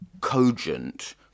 cogent